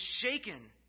shaken